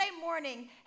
morning